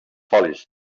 folis